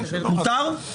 מותר?